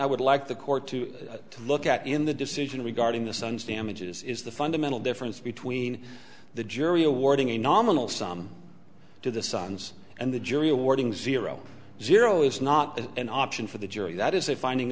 i would like the court to look at in the decision regarding the son's damages is the fundamental difference between the jury awarding a nominal sum to the science and the jury awarding ciro zero is not an option for the jury that is a finding